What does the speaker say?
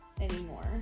anymore